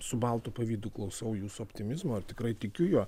su baltu pavydu klausau jūsų optimizmo ir tikrai tikiu juo